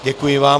Děkuji vám.